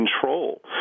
control